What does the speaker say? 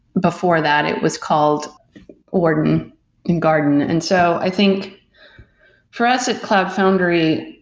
before that it was called warden and garden. and so i think for us at cloud foundry,